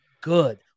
good